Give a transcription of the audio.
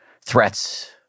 threats